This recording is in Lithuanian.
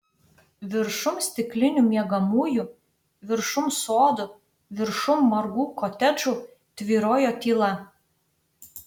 viršum stiklinių miegamųjų viršum sodų viršum margų kotedžų tvyrojo tyla